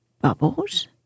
Bubbles